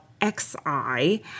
X-I